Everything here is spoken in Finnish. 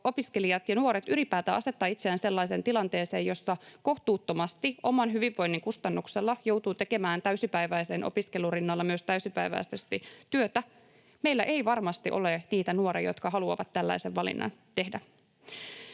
opiskelijat ja nuoret ylipäätään asettaa itseään sellaiseen tilanteeseen, jossa kohtuuttomasti oman hyvinvoinnin kustannuksella joutuu tekemään täysipäiväisen opiskelun rinnalla myös täysipäiväisesti työtä, meillä ei varmasti ole niitä nuoria, jotka haluavat tällaisen valinnan tehdä.